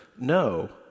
No